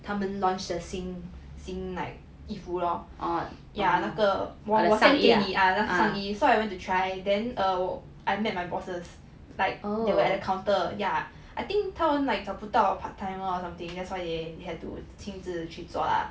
他们 launched 的新新 like 衣服 lor when 我 send 给你 ah 那个上衣 so I went to try then err I met my bosses like they were at the counter ya I think 他们 like 找不到 part timer or something that's why they had to 亲自去做啦